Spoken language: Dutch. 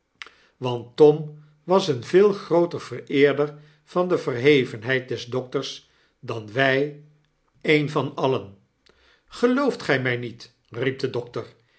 want tom was een veel grooter vereerder van de verhevenheid des dokters dan wy een van alien gelooft gy my niet riep de dokter